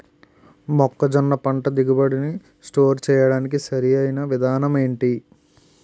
మొక్కజొన్న పంట దిగుబడి నీ స్టోర్ చేయడానికి సరియైన విధానం ఎంటి?